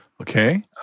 Okay